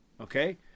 Okay